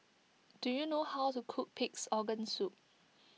do you know how to cook Pig's Organ Soup